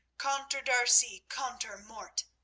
contre d'arcy, contre mort!